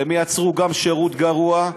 הן יצרו גם שירות גרוע,